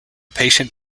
patient